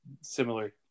similar